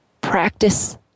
practice